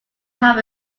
half